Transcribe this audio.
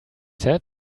said